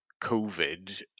COVID